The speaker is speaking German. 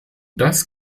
das